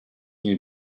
new